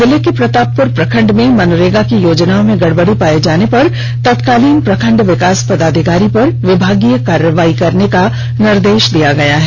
जिले के प्रतापपुर प्रखंड में मनरेगा की योजनाओं में गड़बड़ी पाये जाने पर तत्कालीन प्रखंड विकास पदाधिकारी पर विभागीय कार्रवाई करने का निर्देष दिया गया है